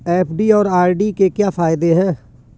FD और RD के क्या फायदे हैं?